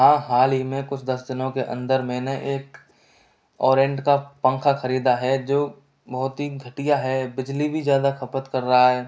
हाँ हाल ही में कुछ दस दिनो के अन्दर मैंने एक ओरयेंट का पंखा ख़रीदा है जो बहुत ही घटिया है बिजली भी ज़्यादा खपत कर रहा है